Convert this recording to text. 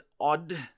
odd